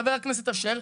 חבר הכנסת אשר,